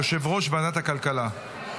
יושב-ראש ועדת הכלכלה.